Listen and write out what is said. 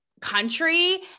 country